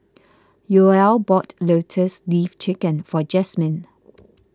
Yoel bought Lotus Leaf Chicken for Jasmyn